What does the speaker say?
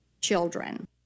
children